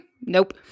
Nope